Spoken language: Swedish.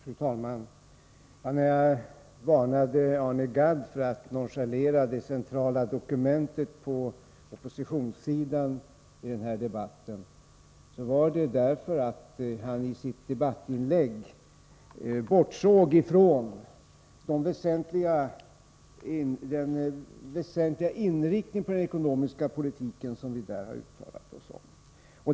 Fru talman! När jag varnade Arne Gadd för att nonchalera det centrala dokumentet på oppositionssidan i denna debatt, var det därför att han i sitt debattinlägg bortsåg ifrån den väsentliga inriktning på den ekonomiska politiken som vi där har uttalat oss om.